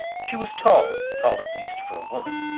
she was tall tall at least for a woman.